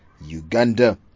Uganda